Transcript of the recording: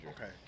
Okay